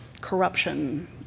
corruption